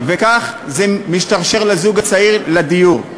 וכך זה משתרשר לזוג הצעיר, לדיור.